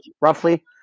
roughly